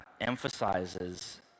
emphasizes